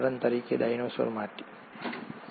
ઉદાહરણ તરીકે ડાયનાસોર માટે અને જવાબ ત્યારે ઉપલબ્ધ ન હતો